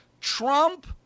Trump